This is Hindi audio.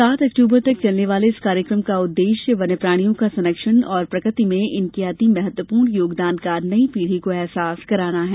सात अक्टूबर तक चलने वाले इस कार्यक्रम का उद्देश्य वन्य प्राणियों का संरक्षण और प्रकृति में इनके अति महत्वपूर्ण योगदान का नई पीढ़ी को अहसास कराना है